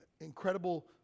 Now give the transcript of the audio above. Incredible